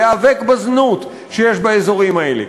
להיאבק בזנות שיש באזורים האלה.